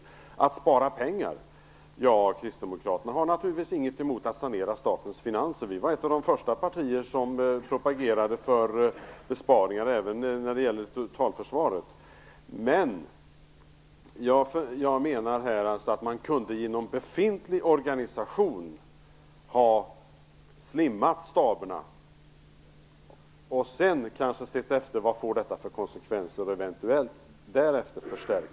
Det talades om att spara pengar. Kristdemokraterna har naturligtvis ingenting emot att sanera statens finanser. Vi var ett av de första partier som propagerade för besparingar även när det gäller totalförsvaret. Men jag menar att man inom befintlig organisation kunde ha slimmat staberna, och sedan sett efter vad det fått för konsekvenser. Därefter kunde man eventuellt ha förstärkt.